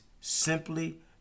simply